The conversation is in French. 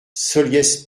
solliès